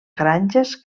granges